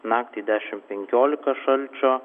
naktį dešim penkiolika šalčio